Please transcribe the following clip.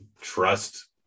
trust